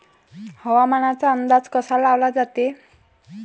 हवामानाचा अंदाज कसा लावला जाते?